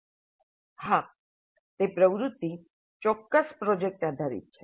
હા તે પ્રવૃત્તિ ચોક્કસ પ્રોજેક્ટ આધારિત છે